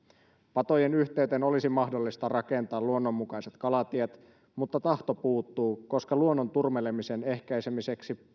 patojen yhteyteen olisi mahdollista rakentaa luonnonmukaiset kalatiet mutta tahto puuttuu koska luonnon turmelemisen ehkäisemiseksi